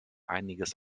einiges